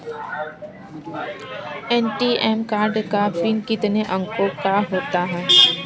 ATM card का PIN कितने अंकों का होता है?